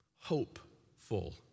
Hopeful